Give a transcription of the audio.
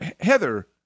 Heather